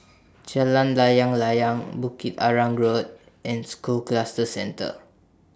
Jalan Layang Layang Bukit Arang Road and School Cluster Centre